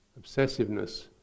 obsessiveness